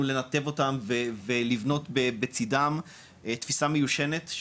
לנתב אותם ולבנות בצידם היא תפיסה מיושנת,